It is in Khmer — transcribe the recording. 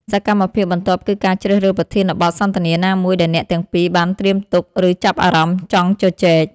សកម្មភាពបន្ទាប់គឺការជ្រើសរើសប្រធានបទសន្ទនាណាមួយដែលអ្នកទាំងពីរបានត្រៀមទុក ឬចាប់អារម្មណ៍ចង់ជជែក។